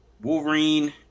Wolverine